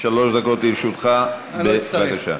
שלוש דקות לרשותך, בבקשה.